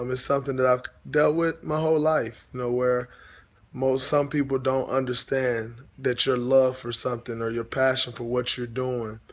um something that i've dealt with my whole life. where most, some people don't understand that your love for something or your passion for what you're doing,